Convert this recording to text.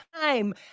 time